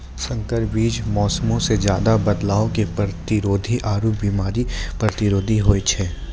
संकर बीज मौसमो मे ज्यादे बदलाव के प्रतिरोधी आरु बिमारी प्रतिरोधी होय छै